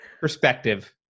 perspective